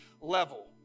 level